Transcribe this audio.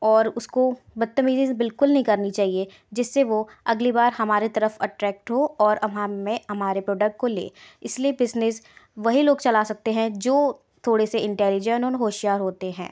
और उसको बद्तमीज़ी से बिल्कुल नहीं करनी चाहिए जिससे वह अगली बार हमारे तरफ़ अट्रैक्ट हो और अब हम में हमारे प्रोडक्ट को ले इसलिए बिज़नेस वही लोग चला सकते हैं जो थोड़े से इंटेलिजेंट और होशियार होते हैं